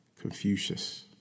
Confucius